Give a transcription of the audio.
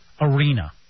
arena